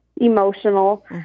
Emotional